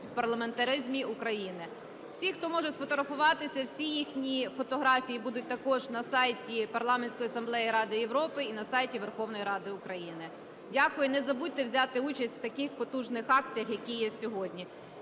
в парламентаризмі України. Всі, хто може сфотографуватися, всі їхні фотографії будуть також на сайті Парламентської асамблеї Ради Європи і на сайті Верховної Ради України. Дякую. Не забудьте взяти участь в таких потужних акціях, які є сьогодні.